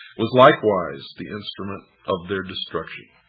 was likewise the instrument of their destruction.